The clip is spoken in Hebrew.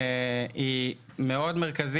היא מרכזית מאוד,